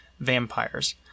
vampires